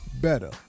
better